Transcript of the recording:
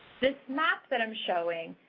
this map that i'm showing